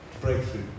Breakthrough